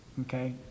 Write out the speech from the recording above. Okay